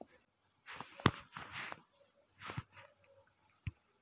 ಕೃಷಿ ಸಾಲವನ್ನು ಪಡೆಯಲು ನಾನು ಏನು ಮಾಡಬೇಕು?